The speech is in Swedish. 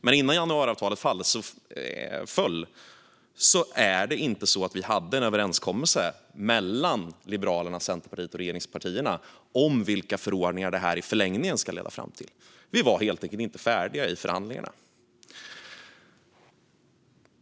Men när januariavtalet föll hade vi inte nått en överenskommelse mellan Liberalerna, Centerpartiet och regeringspartierna om vilka förordningar det här i förlängningen ska leda fram till. Vi var helt enkelt inte färdiga i förhandlingarna.